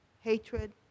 hatred